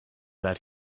that